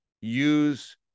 use